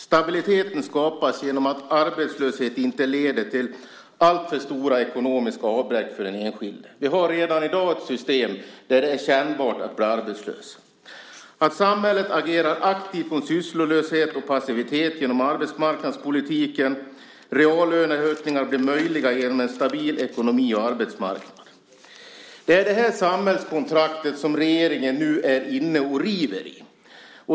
Stabiliteten skapas genom att arbetslöshet inte leder till alltför stora ekonomiska avbräck för den enskilde - vi har redan i dag ett system där det är kännbart att bli arbetslös - och att samhället agerar aktivt mot sysslolöshet och passivitet genom arbetsmarknadspolitiken och gör reallöneökningar möjliga genom en stabil ekonomi och arbetsmarknad. Det är detta samhällskontrakt som regeringen nu är inne och river i.